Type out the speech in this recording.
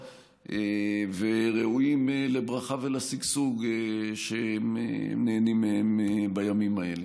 וראויים לברכה ולשגשוג שהם נהנים מהם בימים האלה.